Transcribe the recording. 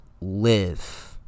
live